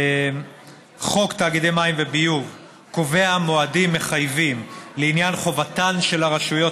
חוק תאגידי מים וביוב קובע מועדים מחייבים לעניין חובתן של הרשויות